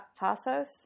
Tassos